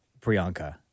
Priyanka